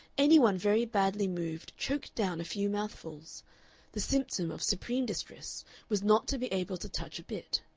any one very badly moved choked down a few mouthfuls the symptom of supreme distress was not to be able to touch a bit.